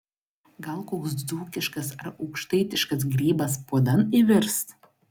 gal koks dzūkiškas ar aukštaitiškas grybas puodan įvirs